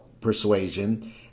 persuasion